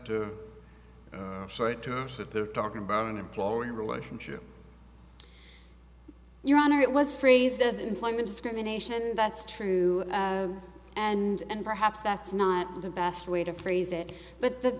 that they're talking about an employee relationship your honor it was phrased as employment discrimination that's true and perhaps that's not the best way to phrase it but the